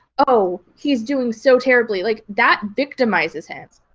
oh, he's doing so terribly like, that victimizes him.